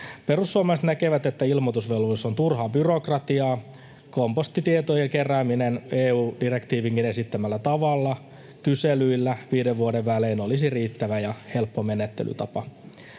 Perussuomalaiset näkevät, että ilmoitusvelvollisuus on turhaa byrokratiaa. Kompostitietojen kerääminen EU-direktiivinkin esittämällä tavalla kyselyillä viiden vuoden välein olisi riittävä ja helppo menettelytapa.